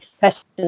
person